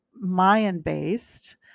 Mayan-based